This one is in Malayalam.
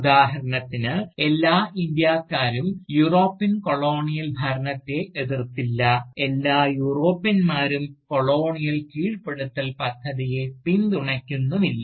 ഉദാഹരണത്തിന് എല്ലാ ഇന്ത്യക്കാരും യൂറോപ്യൻ കൊളോണിയൽ ഭരണത്തെ എതിർത്തില്ല എല്ലാ യൂറോപ്യന്മാരും കൊളോണിയൽ കീഴ്പ്പെടുത്തൽ പദ്ധതിയെ പിന്തുണയ്ക്കുന്നില്ല